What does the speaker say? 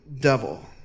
devil